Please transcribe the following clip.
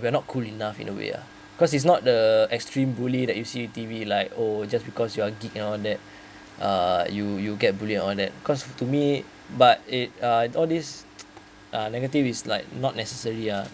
we're not cool enough in a way uh cause it's not the extreme bully that you see T_V like oh just because you are gig and all that uh you you get bullied and all that cause to me but it uh all these uh negative is like not necessary uh